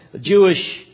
Jewish